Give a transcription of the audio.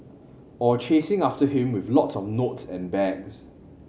or chasing after him with lot of note and bags